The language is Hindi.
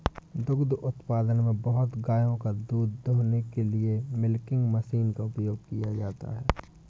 दुग्ध उत्पादन में बहुत गायों का दूध दूहने के लिए मिल्किंग मशीन का उपयोग किया जाता है